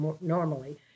normally